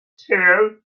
tail